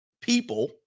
people